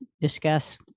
discuss